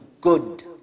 good